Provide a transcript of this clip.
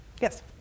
Yes